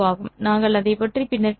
நாங்கள் அதைப் பற்றி பின்னர் பேசுவோம்